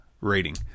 rating